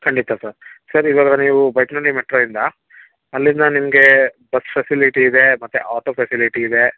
ಖಂಡಿತ sir sir ಇವಾಗ ನೀವು ಬೈಯಪ್ಪನಳ್ಳಿ ಮೆಟ್ರೊಯಿಂದ ಅಲ್ಲಿಂದ ನಿಮಗೆ ಬಸ್ ಫೆಸಿಲಿಟಿ ಇದೆ ಮತ್ತೆ ಆಟೋ ಫೆಸಿಲಿಟಿ ಇದೆ